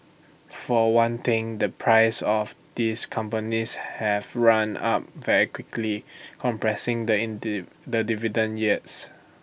for one thing the prices of these companies have run up very quickly compressing the indie the dividend yields